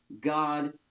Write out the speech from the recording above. God